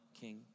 king